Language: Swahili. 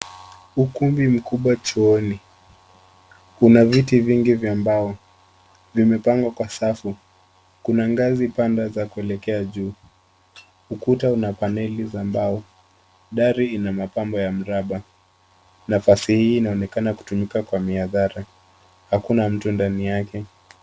Ukumbi mkubwa chuoni, una viti vingi vya mbao. Vimepangwa kwa safu. Kuna ngazi panda za kuelekea juu. Ukuta una paneli za mbao. Dari ina mapambo ya mraba. Nafasi inaonekana kutumika kwa mihadhara. Hakuna mtu ndani yake.